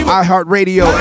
iHeartRadio